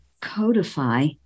codify